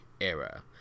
era